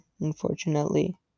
unfortunately